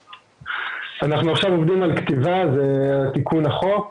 עכשיו אנחנו עובדים על כתיבה ותיקון החוק,